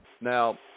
Now